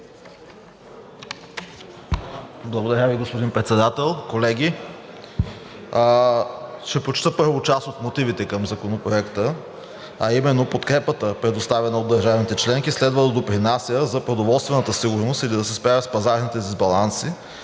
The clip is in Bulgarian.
Благодаря Ви, господин Председател. Колеги, ще прочета първо част от мотивите към Законопроекта, а именно: „Подкрепата, предоставена от държавите членки, следва да допринася за продоволствената сигурност или да се справя с пазарните дисбаланси,